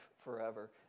forever